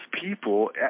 people